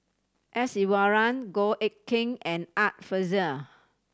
S Iswaran Goh Eck Kheng and Art Fazil